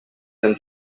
them